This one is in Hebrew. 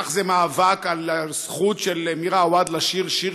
כך המאבק על הזכות של מירה עווד לשיר שיר